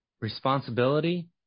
responsibility